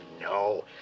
no